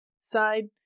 side